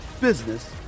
business